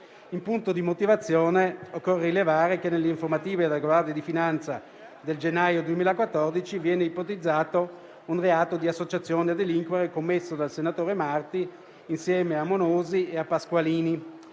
In punto di motivazione occorre rilevare che nelle informative della Guardia di finanza del gennaio 2014 viene ipotizzato un reato di associazione a delinquere commesso dal senatore Marti insieme a Monosi e a Pasqualini.